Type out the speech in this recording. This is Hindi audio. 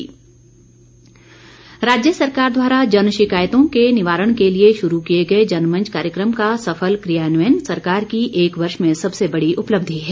मुख्यमंत्री राज्य सरकार द्वारा जन शिकायतों के निवारण के लिए शुरू किए गए जनमंच कार्यक्रम का सफल कियान्वयन सरकार की एक वर्ष में सबसे बड़ी उपलब्धि है